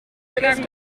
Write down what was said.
klagen